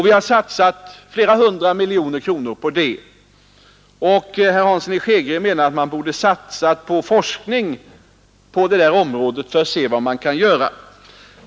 Vi har satsat flera hundra miljoner på det, men herr Hansson i Skegrie menar att vi borde ha satsat på forskning på det här området för att se vad som kan göras.